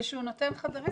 ושהוא נותן לחברים.